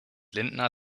lindner